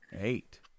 Eight